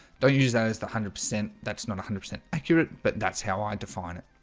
don't use those the hundred percent that's not a hundred percent accurate, but that's how i define it